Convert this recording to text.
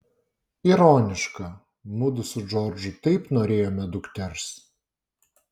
ironiška mudu su džordžu taip norėjome dukters